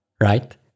right